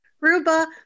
Ruba